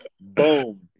Boom